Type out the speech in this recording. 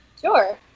sure